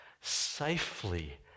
safely